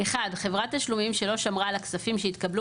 חברת תשלומים שלא שמרה על כספים שהתקבלו